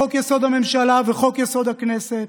חוק-יסוד: הממשלה וחוק-יסוד: הכנסת,